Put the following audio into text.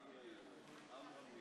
המסר עבר במלואו.